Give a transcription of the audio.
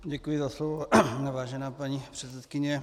Děkuji za slovo, vážená paní předsedkyně.